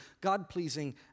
God-pleasing